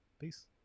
Peace